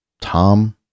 Tom